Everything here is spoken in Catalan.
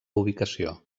ubicació